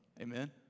Amen